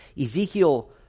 Ezekiel